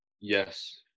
Yes